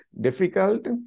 difficult